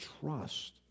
trust